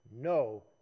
no